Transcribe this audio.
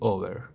Over